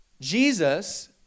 Jesus